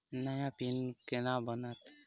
नया पिन केना बनत?